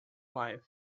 life